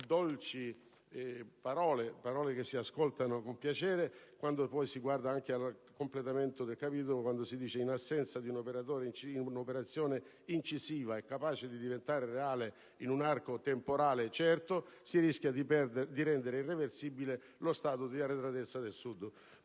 dolci parole, che si ascoltano con piacere, specialmente quando poi, guardando anche al completamento del capitolo, si afferma che in assenza di un'operazione incisiva capace di diventare reale in un arco temporale certo si rischia di rendere irreversibile lo stato di arretratezza del Sud.